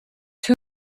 too